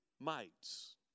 mites